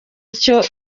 icyo